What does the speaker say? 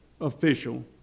official